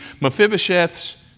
Mephibosheth's